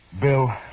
Bill